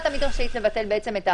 לכן קבענו את הכלל של מרב העצורים,